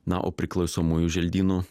na o priklausomųjų želdynų